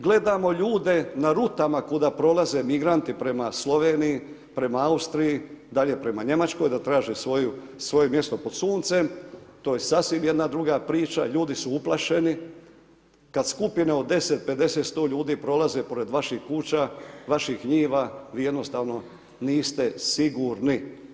Gledamo ljude na rutama kuda prolaze migranti prema Sloveniji, prema Austriji, dalje prema Njemačkoj da traže svoje mjesto pod suncem, to je sasvim jedna druga priča, ljudi su uplašeni kad skupina od 10, 50, 100 ljudi prolazi pored vaših kuća, vaših njiva, vi jednostavno niste sigurni.